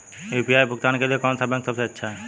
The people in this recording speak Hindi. यू.पी.आई भुगतान के लिए कौन सा बैंक सबसे अच्छा है?